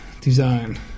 design